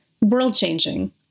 world-changing